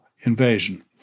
invasion